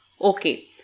Okay